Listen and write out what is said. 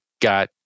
got